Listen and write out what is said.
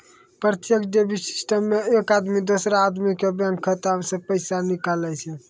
प्रत्यक्ष debit system मे एक आदमी दोसरो आदमी के बैंक खाता से पैसा निकाले छै